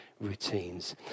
routines